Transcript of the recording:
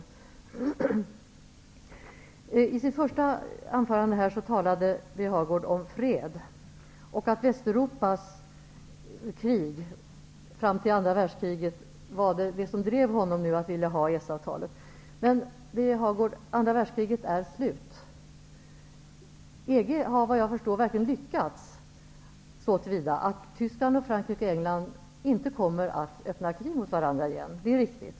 Birger Hagård talade i sitt första anförande om fred och situationen i Västeuropa fram till andra världskriget och att det var detta som drev honom till att vilja ha EES-avtalet. Men, Birger Hagård, andra värdskriget är slut. EG har, vad jag förstår, verkligen lyckats så till vida att Tyskland, Frankrike och England inte kommer att förklara krig mot varandra igen. Det är riktigt.